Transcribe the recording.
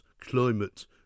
climate